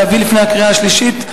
לפני הקריאה השלישית,